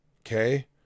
Okay